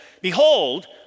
Behold